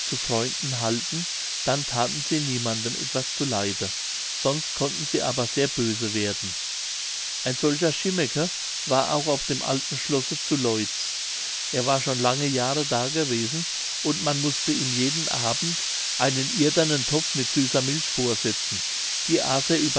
zu freunden halten dann thaten sie niemandem etwas zu leide sonst konnten sie aber sehr böse werden ein solcher chimmeke war auch auf dem alten schlosse zu loitz er war schon lange jahre da gewesen und man mußte ihm jeden abend einen irdenen topf mit süßer milch vorsetzen die aß